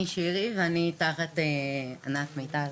אני שירי ואני תחת ענת, מיטל